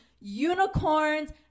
unicorns